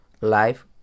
Life